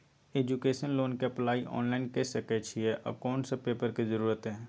Education loan के apply online के सके छिए आ कोन सब पेपर के जरूरत इ?